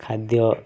ଖାଦ୍ୟ